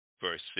verse